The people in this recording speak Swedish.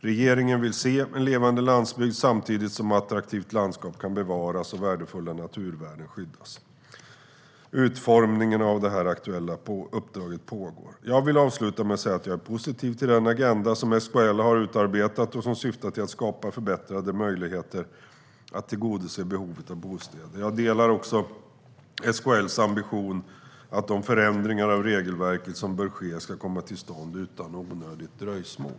Regeringen vill se en levande landsbygd samtidigt som ett attraktivt landskap kan bevaras och värdefulla naturvärden skyddas. Utformningen av det aktuella uppdraget pågår. Jag vill avsluta med att säga att jag är positiv till den agenda som SKL har utarbetat och som syftar till att skapa förbättrade möjligheter att tillgodose behovet av bostäder. Jag delar också SKL:s ambition att de förändringar av regelverket som bör ske ska komma till stånd utan onödigt dröjsmål.